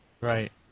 Right